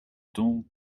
donc